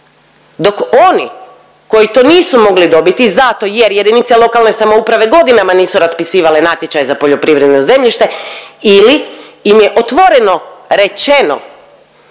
dok oni koji to nisu mogli dobiti zato jer jedinice lokalne samouprave godinama nisu raspisivale natječaj za poljoprivredno zemljište ili im je otvoreno rečeno